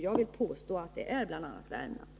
Jag vill påstå att bl.a. Värmland är ett sådant område.